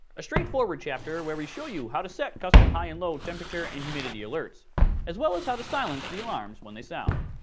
a strait forward chapter where we show you how to set custom high and low temperature and humidity alerts as well as how to silence the alarms when they sound.